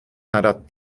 nadat